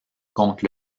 contre